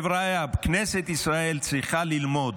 חבריא, כנסת ישראל צריכה ללמוד: